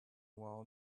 while